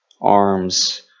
arms